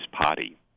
Party